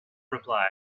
reply